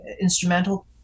instrumental